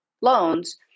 loans